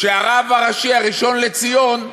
והרב הראשי הראשון לציון,